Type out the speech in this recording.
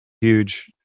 huge